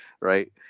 right